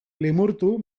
limurtu